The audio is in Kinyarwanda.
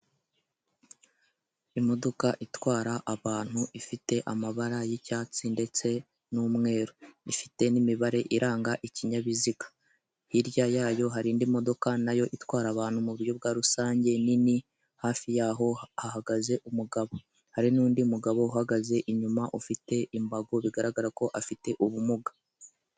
Imodoka itwara abantu ifite amabara y'icyatsi ndetse n'umweru, ifite n'imibare iranga ikinyabiziga, hirya yayo hari indi modoka na yo itwara abantu mu buryo bwa rusange nini, hafi yaho hahagaze umugabo, hari n'undi mugabo uhagaze inyuma ufite imbago bigaragara ko afite ubumuga.